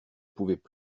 pouvaient